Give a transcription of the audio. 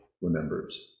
remembers